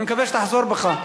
אני מקווה שתחזור בך.